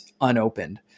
unopened